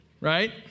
right